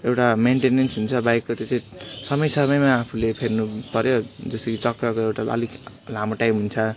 एउटा मेन्टेनेन्स हुन्छ बाइकको त्यो चाहिँ समय समयमा आफूले फेर्नु पऱ्यो जस्तो कि चक्काको एउटा अलिक लामो टाइम हुन्छ